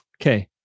Okay